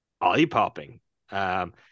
Eye-popping